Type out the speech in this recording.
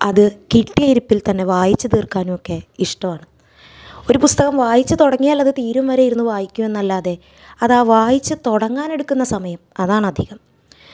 അത് കിട്ടിയ ഇരിപ്പിൽത്തന്നെ വായിച്ച് തീർക്കാനൊക്കെ ഇഷ്ടമാണ് ഒരു പുസ്തകം വായിച്ചു തുടങ്ങിയാൽ അത് തീരും വരെ ഇരുന്നു വായിക്കും എന്നല്ലാതെ അതാ വായിച്ച് തുടങ്ങാനെടുക്കുന്ന സമയം അതാണ് അധികം